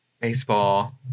baseball